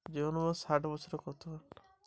জীবন বীমা আমি কতো বছরের করতে পারি?